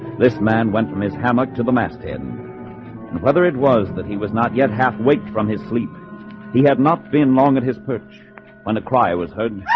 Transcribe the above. this man went from his hammock to the mast in whether it was that he was not yet half waked from his sleep he had not been long at his perch when a cry was heard